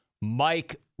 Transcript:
Mike